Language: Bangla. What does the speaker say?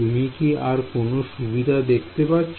তুমি কি আর কোন সুবিধা দেখতে পাচ্ছ